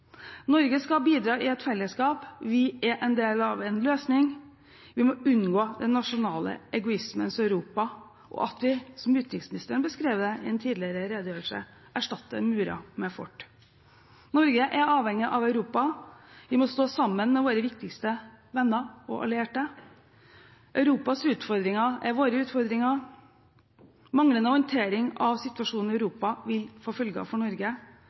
Norge skal bidra i et fellesskap. Vi er en del av en løsning. Vi må unngå den nasjonale egoismens Europa, og at vi, som utenriksministeren beskrev det i en tidligere redegjørelse, erstatter murer med fort. Norge er avhengig av Europa, vi må stå sammen med våre viktigste venner og allierte. Europas utfordringer er våre utfordringer. Manglende håndtering av situasjonen i Europa vil få følger for Norge.